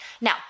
now